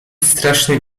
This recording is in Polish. straszny